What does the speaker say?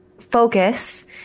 focus